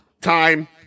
Time